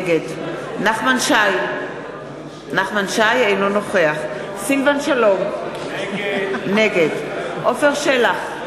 נגד נחמן שי, אינו נוכח סילבן שלום, נגד עפר שלח,